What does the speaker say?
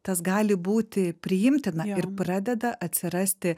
tas gali būti priimtina ir pradeda atsirasti